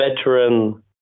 veteran